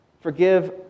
Forgive